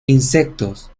insectos